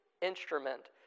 instrument